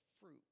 fruit